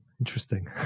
Interesting